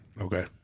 Okay